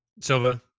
Silva